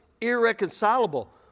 irreconcilable